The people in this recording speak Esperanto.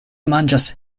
manĝas